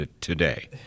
today